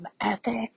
ethic